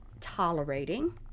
tolerating